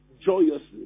joyously